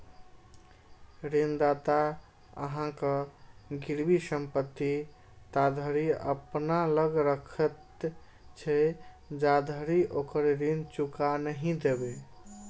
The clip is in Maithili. ऋणदाता अहांक गिरवी संपत्ति ताधरि अपना लग राखैत छै, जाधरि ओकर ऋण चुका नहि देबै